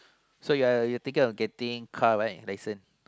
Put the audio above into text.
so you're you are thinking of getting car right license